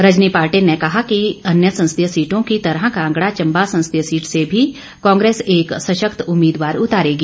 रजनी पाटिल ने कहा कि अन्य संसदीय सीटों की तरह कांगड़ा चंबा संसदीय सीट से भी कांग्रेस एक सशक्त उम्मीदवार उतारेगी